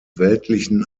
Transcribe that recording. weltlichen